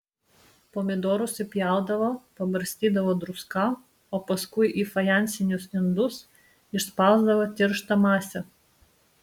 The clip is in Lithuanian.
pomidorus įpjaudavo pabarstydavo druska o paskui į fajansinius indus išspausdavo tirštą masę